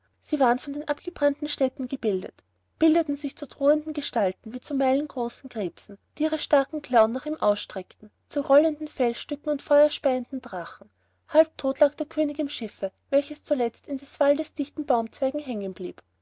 sie waren von den abgebrannten städten gebildet bildeten sich zu drohenden gestalten wie zu meilengroßen krebsen die ihre starken klauen nach ihm ausstreckten zu rollenden felsstücken und feuerspeienden drachen halb tot lag der könig im schiffe welches zuletzt in des waldes dicken baumzweigen hängen blieb